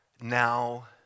now